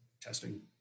testing